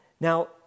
Now